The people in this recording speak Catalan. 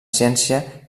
ciència